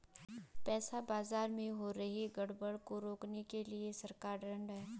पैसा बाजार में हो रही गड़बड़ी को रोकने के लिए सरकार ढृढ़ है